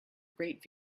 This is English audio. great